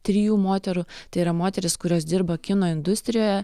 trijų moterų tai yra moterys kurios dirba kino industrijoje